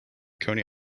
coney